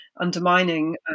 undermining